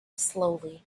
slowly